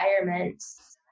environments